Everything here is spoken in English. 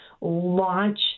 launch